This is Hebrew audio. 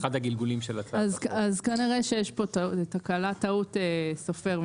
כנראה יש פה טעות סופר.